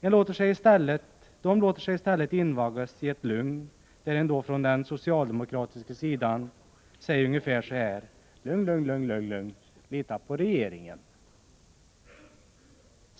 Utskottsmajoriteten låter sig i stället invaggas i ett lugn, och från den socialdemokratiska sidan säger man ungefär: Lugn, lugn, lita på regeringen.